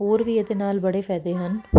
ਹੋਰ ਵੀ ਇਹਦੇ ਨਾਲ ਬੜੇ ਫਾਇਦੇ ਹਨ